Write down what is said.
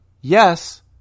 Yes